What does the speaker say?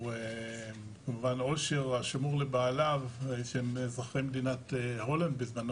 שהוא כמובן עושר השמור לבעליו שהם אזרחי מדינת הולנד בזמנו,